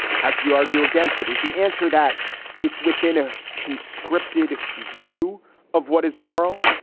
how could you argue against it? is the answer that it's within a conscripted view of what is moral?